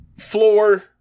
Floor